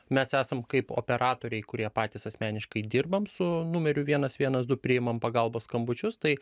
mes esam kaip operatoriai kurie patys asmeniškai dirbam su numeriu vienas vienas du priimam pagalbos skambučius tai